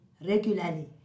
regularly